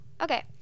Okay